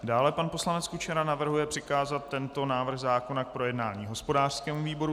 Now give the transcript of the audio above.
Dále pan poslanec Kučera navrhuje přikázat tento návrh zákona k projednání hospodářskému výboru.